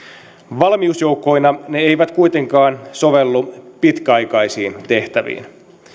valmiusjoukkoina ne eivät kuitenkaan sovellu pitkäaikaisiin tehtäviin